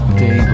day